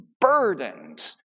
burdened